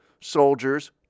soldiers